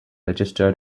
registered